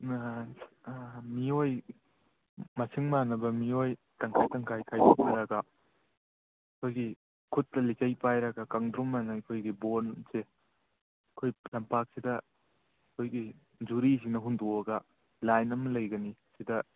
ꯃꯤꯑꯣꯏ ꯃꯁꯤꯡ ꯃꯥꯟꯅꯕ ꯃꯤꯑꯣꯏ ꯇꯪꯈꯥꯏ ꯇꯪꯈꯥꯏ ꯈꯥꯏꯗꯣꯛꯅꯔꯒ ꯑꯩꯈꯣꯏꯒꯤ ꯈꯨꯠꯇ ꯂꯤꯆꯩ ꯄꯥꯏꯔꯒ ꯀꯥꯡꯗ꯭ꯔꯨꯝꯑꯅ ꯑꯩꯈꯣꯏꯒꯤ ꯕꯣꯜꯁꯦ ꯑꯩꯈꯣꯏ ꯂꯝꯄꯥꯛꯁꯤꯗ ꯑꯩꯈꯣꯏꯒꯤ ꯖꯨꯔꯤꯁꯤꯅ ꯍꯨꯟꯗꯣꯛꯑꯒ ꯂꯥꯏꯟ ꯑꯃ ꯂꯩꯒꯅꯤ ꯁꯤꯗ